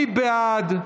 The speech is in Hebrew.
מי בעד?